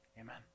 Amen